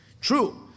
True